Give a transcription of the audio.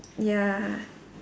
ya